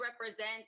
represent